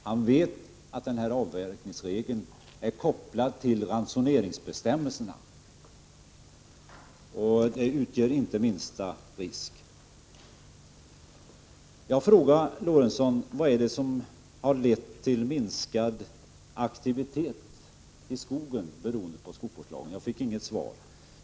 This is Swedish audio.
Han vet att avverkningsregeln är kopplad till ransoneringsbe stämmelserna och inte utgör den minsta risk. Jag frågade Sven Eric Lorentzon vad det är i skogsvårdslagen som har lett till minskad aktivitet i skogen, men jag fick inget svar.